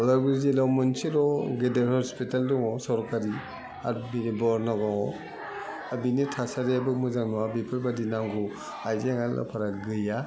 उदालगुरि जिल्लायाव मोनसेल' गेदेर हस्पिटाल दङ सरकारि बिनि थासारियाबो मोजां नङा बेफोरबायदि नांगौ आइजें आयलाफोरा गैया